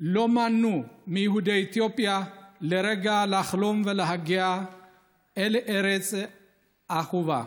לא מנעו מיהודי אתיופיה לרגע לחלום ולהגיע אל הארץ האהובה.